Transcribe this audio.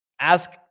ask